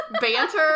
banter